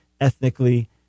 ethnically